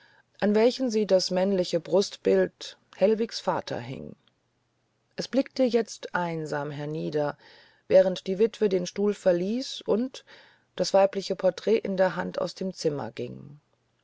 an welchen sie das männliche brustbild hellwigs vater hing es blickte jetzt einsam hernieder während die witwe den stuhl verließ und das weibliche porträt in der hand aus dem zimmer ging